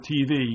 TV